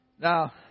Now